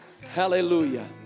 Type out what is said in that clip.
Hallelujah